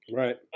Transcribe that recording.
right